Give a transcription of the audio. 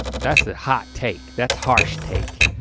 that's a hot take, that's harsh take.